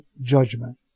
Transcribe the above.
judgment